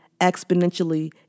exponentially